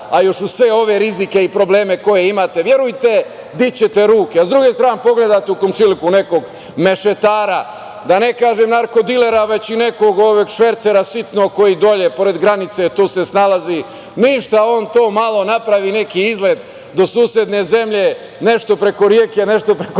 a još uz sve ove rizike i probleme koje imate, verujte dići ćete ruke. Sa druge strane, pogledate u komšiluku nekog mešetara, da ne kažem narkodilera, već i nekog švercera sitnog koji dole pored granice tu se snalazi, ništa, on to malo napravi neki izlet do susedne zemlje, nešto preko reke, nešto preko